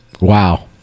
Wow